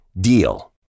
DEAL